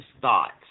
thoughts